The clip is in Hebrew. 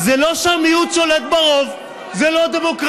תפסיק לדבר על דינה זילבר.